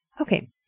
Okay